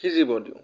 সিজিব দিওঁ